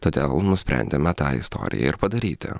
todėl nusprendėme tą istoriją ir padaryti